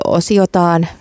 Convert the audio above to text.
osiotaan